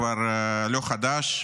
זה כבר לא חדש.